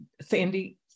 Sandy